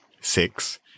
Six